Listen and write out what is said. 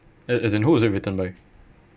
a~ as in who is it written by